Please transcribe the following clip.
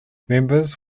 members